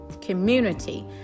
community